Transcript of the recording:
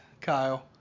kyle